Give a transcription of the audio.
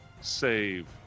save